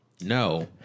No